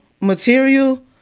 material